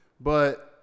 But-